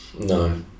no